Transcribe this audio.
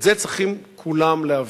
את זה צריכים כולם להבין.